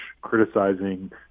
criticizing